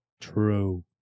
True